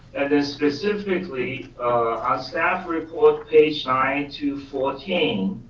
and this specifically our staff report page nine to fourteen,